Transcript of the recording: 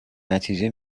نتیجه